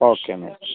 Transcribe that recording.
okay എന്നാൽ